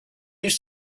used